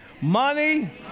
Money